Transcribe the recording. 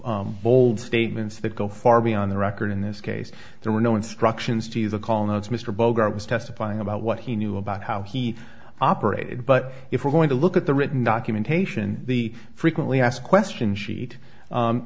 bold statements that go far beyond the record in this case there were no instructions to the call notes mr bogart was testifying about what he knew about how he operated but if we're going to look at the written documentation the frequently asked question sheet